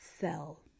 cell